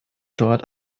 dort